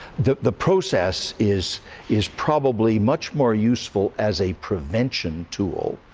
the the process is is probably much more useful as a prevention tool